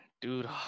Dude